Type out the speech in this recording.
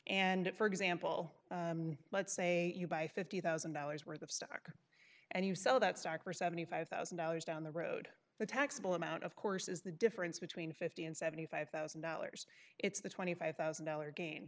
if for example let's say you buy fifty thousand dollars worth of stock and you sell that stock or seventy five thousand dollars down the road the taxable amount of course is the difference between fifty and seventy five thousand dollars it's the twenty five thousand dollars gain